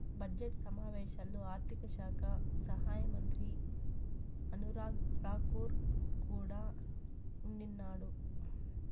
budget సమావేశాల్లో ఆర్థిక శాఖ సహాయమంత్రి అనురాగ్ రాకూర్ కూడా ఉండిన్నాడు